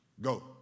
Go